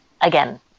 again